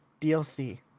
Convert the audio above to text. DLC